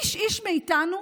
איש-איש מאיתנו,